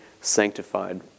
sanctified